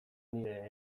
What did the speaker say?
nire